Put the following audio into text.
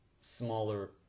smaller